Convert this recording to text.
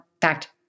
fact